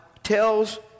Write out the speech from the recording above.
tells